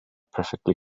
perfectly